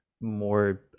more